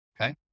Okay